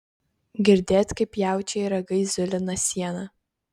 girdėt kaip jaučiai ragais zulina sieną